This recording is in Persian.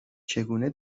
چگونه